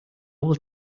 will